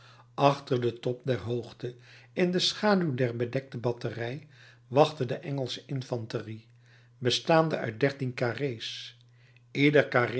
achter den top der hoogte in de schaduw der bedekte batterij wachtte de engelsche infanterie bestaande uit dertien carré's ieder